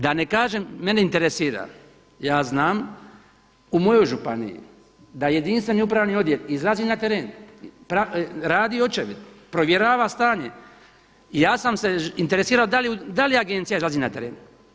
Da ne kažem, mene interesira, ja znam u mojoj županiji da jedinstveni upravni odjel izrazi na teren, radi očevid, provjera stanje i ja sam se interesirao da li Agencija izlazi na teren.